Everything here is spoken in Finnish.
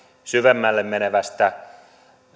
syvemmälle menevästä